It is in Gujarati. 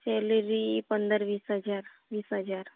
સેલરી પંદર વીસ હજાર વીસ હજાર